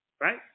right